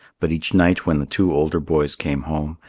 but each night when the two older boys came home,